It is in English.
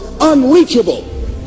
unreachable